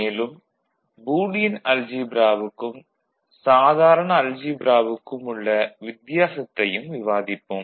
மேலும் பூலியன் அல்ஜீப்ராவுக்கும் சாதாரண அல்ஜீப்ராவுக்கும் உள்ள வித்தியாசத்தையும் விவாதிப்போம்